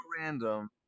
random